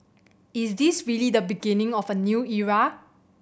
is this really the beginning of a new era